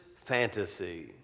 fantasy